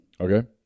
Okay